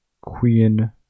queen